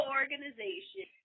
organization